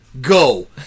go